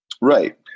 Right